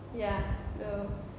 ya so